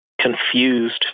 confused